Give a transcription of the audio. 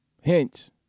hints